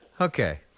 Okay